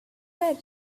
were